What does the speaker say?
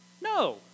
No